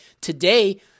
today